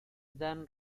dan